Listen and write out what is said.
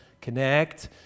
connect